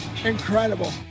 Incredible